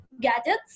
gadgets